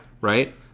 right